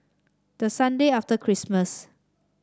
the Sunday after Christmas